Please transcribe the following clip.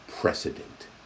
precedent